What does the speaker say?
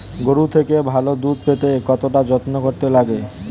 গরুর থেকে ভালো দুধ পেতে কতটা যত্ন করতে লাগে